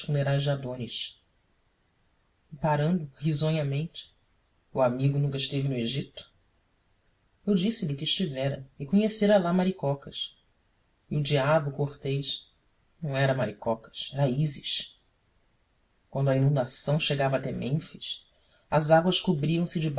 e parando risonhamente o amigo nunca esteve no egito eu disse-lhe que estivera e conhecera lá maricocas e o diabo cortês não era maricocas era ísis quando a inundação chegava até mênfis as águas cobriam se